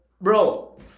bro